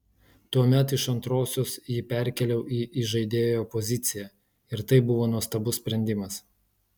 tuomet iš antrosios jį perkėliau į įžaidėjo poziciją ir tai buvo nuostabus sprendimas